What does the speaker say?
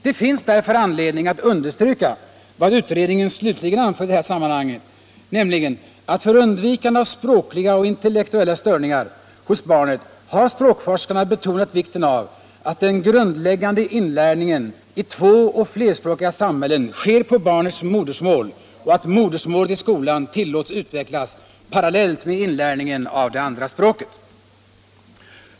Det finns därför anledning att understryka vad utredningen slutligen anför i det här sammanhanget, nämligen att för undvikande av språkliga och intellektuella störningar hos barnet har språkforskarna betonat vikten av att den grundläggande inlärningen i tvåoch flerspråkiga samhällen sker på barnets modersmål och att modersmålet i skolan tillåts utvecklas parallellt med inlärningen av det andra språket.